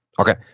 Okay